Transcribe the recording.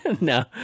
No